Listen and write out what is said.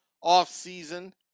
off-season